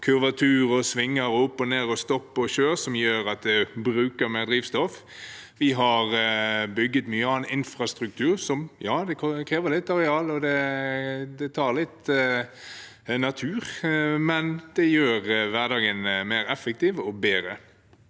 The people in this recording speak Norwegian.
kurvaturer, svinger, opp og ned og stopp og kjør som gjør at man bruker mer drivstoff. Vi har bygget mye annen infrastruktur som krever litt areal og tar litt natur, men som gjør hverdagen mer effektiv og bedre.